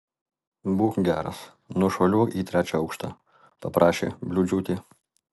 būk geras nušuoliuok į trečią aukštą paprašė bliūdžiūtė